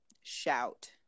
shout